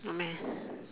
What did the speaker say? not mah